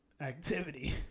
activity